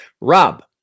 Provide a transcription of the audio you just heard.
Rob